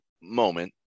moment